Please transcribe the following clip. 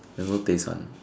never pay fund